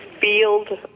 field